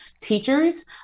teachers